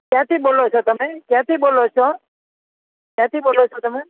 ક્યાંથી બોલો છો તમે ક્યાંથી બોલો છો ક્યાંથી બોલો છો તમે